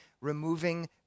removing